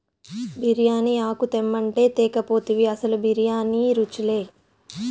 బిర్యానీ ఆకు తెమ్మంటే తేక పోతివి అసలు బిర్యానీ రుచిలే